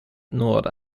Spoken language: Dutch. noorden